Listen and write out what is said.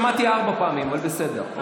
שמעתי ארבע פעמים, אבל בסדר.